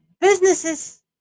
Businesses